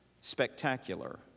spectacular